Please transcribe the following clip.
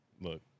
Look